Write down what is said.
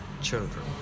children